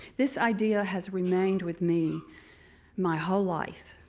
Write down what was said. this idea has remained with me my whole life.